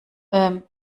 ähm